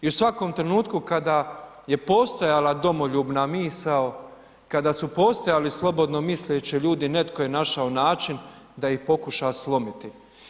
I u svakom trenutku, kada je postojala domoljubna misao, kada su postojali slobodnomisleći ljudi, netko je našao način, da ih pokuša slomiti.